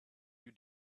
you